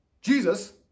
Jesus